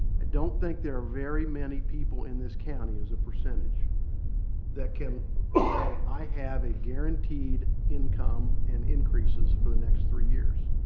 i don't think there are very many people in this county as a percentage that can say ah i have a guaranteed income and increases for the next three years.